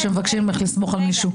כשמבקשים ממך לסמוך על מישהו.